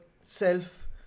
self